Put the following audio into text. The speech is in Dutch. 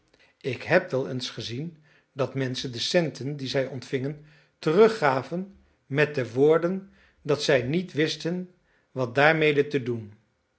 ik heb wel eens gezien dat menschen de centen die zij ontvingen teruggaven met de woorden dat zij niet wisten wat daarmede te doen